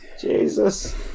Jesus